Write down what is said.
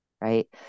right